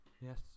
Yes